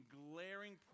glaring